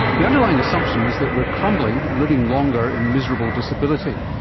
the underlying assumption is that we are crumbling and living longer in miserable disability.